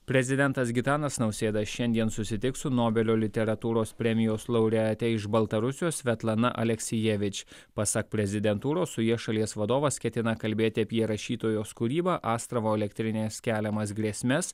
prezidentas gitanas nausėda šiandien susitiks su nobelio literatūros premijos laureate iš baltarusijos svetlana aleksijevič pasak prezidentūros su ja šalies vadovas ketina kalbėti apie rašytojos kūrybą astravo elektrinės keliamas grėsmes